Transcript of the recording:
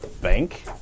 bank